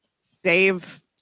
save